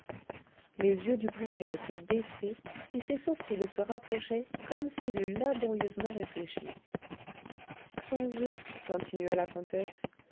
les yeux du préfet étaient baissés et ses sourcils se rapprochaient comme s'il eût laborieusement réfléchi sans eux continua la comtesse